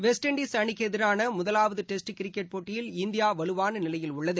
west Indies அணிக்கு எதிரான முதலாவது டெஸ்ட் கிரிக்கெட் போட்டியில் இந்தியா வலுவான நிலையில் உள்ளது